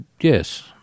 Yes